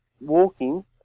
walking